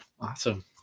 Awesome